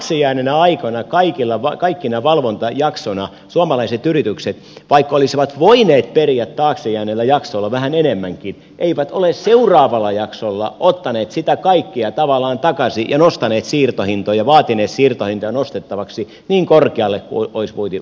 nyt taakse jääneinä aikoina kaikkina valvontajaksoina suomalaiset yritykset vaikka olisivat voineet periä taakse jääneillä jaksoilla vähän enemmänkin eivät ole seuraavalla jaksolla ottaneet sitä kaikkea tavallaan takaisin ja nostaneet siirtohintoja vaatineet siirtohintoja nostettaviksi niin korkealle kuin olisi kuitenkin voitu nostaa